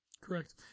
Correct